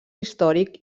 històric